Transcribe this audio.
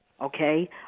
okay